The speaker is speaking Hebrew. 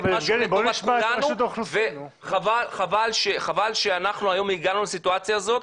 משהו לטובת כולנו וחבל שאנחנו היום הגענו לסיטואציה הזאת,